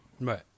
Right